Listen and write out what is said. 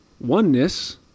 oneness